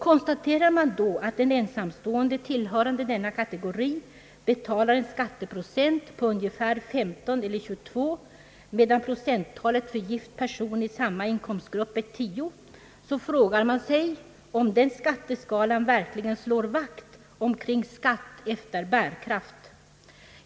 Konstaterar man då att en ensamstående tillhörande denna kategori betalar en skatteprocent på ungefär 15 eller 22, medan procenttalet för gift person i samma inkomstgrupp är 10, frågar man sig om den skatteskalan verkligen slår vakt omkring principen skatt efter bärkraft.